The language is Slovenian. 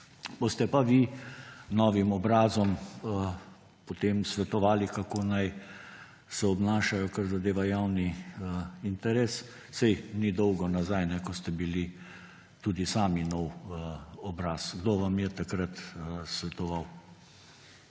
Boste pa vi novim obrazom potem svetovali, kako naj se obnašajo, kar zadeva javni interes. Saj ni dolgo nazaj, ko ste bili tudi sami nov obraz – kdo vam je takrat svetoval?